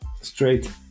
straight